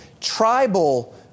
tribal